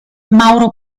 mauro